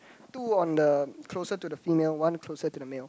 two on the closer to the female one closer to the male